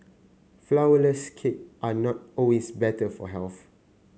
flourless cake are not always better for health